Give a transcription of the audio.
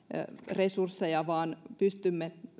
resursseja vaan pystymme